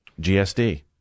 GSD